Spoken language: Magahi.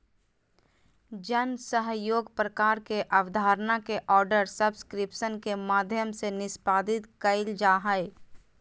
जन सहइोग प्रकार के अबधारणा के आर्डर सब्सक्रिप्शन के माध्यम से निष्पादित कइल जा हइ